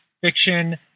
fiction